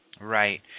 Right